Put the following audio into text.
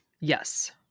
Yes